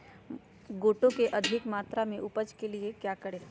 गोटो की अधिक मात्रा में उपज के लिए क्या करें?